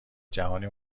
جهانی